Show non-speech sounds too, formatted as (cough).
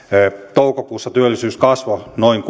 toukokuussa työllisyys kasvoi noin (unintelligible)